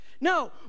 no